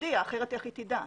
אחרת איך היא תדע?